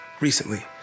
recently